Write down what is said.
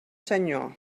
senyor